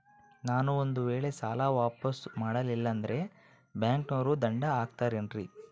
ನಾನು ಒಂದು ವೇಳೆ ಸಾಲ ವಾಪಾಸ್ಸು ಮಾಡಲಿಲ್ಲಂದ್ರೆ ಬ್ಯಾಂಕನೋರು ದಂಡ ಹಾಕತ್ತಾರೇನ್ರಿ?